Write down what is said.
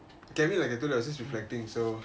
like I told you I was just reflecting so